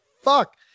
fuck